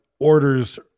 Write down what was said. orders